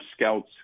scouts